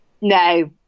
No